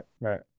Right